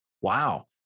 Wow